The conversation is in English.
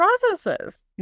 processes